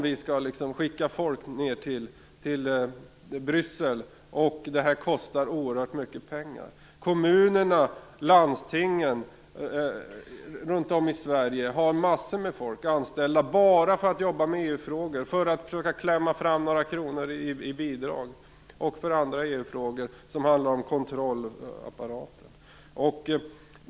Vi skall skicka folk ned till Bryssel, och det kostar oerhört mycket pengar. Kommunerna och landstingen runt om i Sverige har massor med anställda som bara jobbar med EU-frågor. De försöker klämma fram några kronor i bidrag eller jobbar med andra EU-frågor som har med kontrollapparaten att göra.